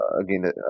again